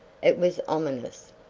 it was ominous,